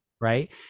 right